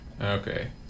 Okay